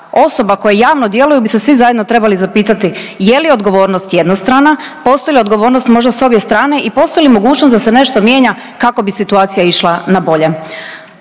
osoba koje javno djeluju bi se svi zajedno trebali zapitati je li odgovornost jednostrana, postoji li odgovornost možda sa obje strane i postoji li mogućnost da se nešto mijenja kako bi situacija išla na bolje.